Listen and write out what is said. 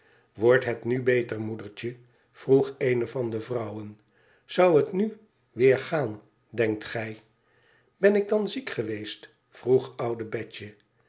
wordt het nu beter moedertje vroeg eene van de vrouwen tzou het nu weer gaan denkt gij ben ik dan ziek geweest vroeg oude betje